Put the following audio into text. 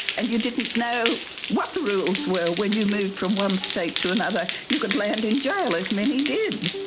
and you didn't know what the rules were when you moved from one state to another. you could land in jail, as many did,